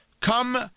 come